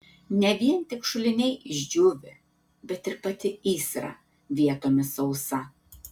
ne vien tik šuliniai išdžiūvę bet ir pati įsra vietomis sausa